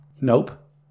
Nope